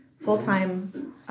full-time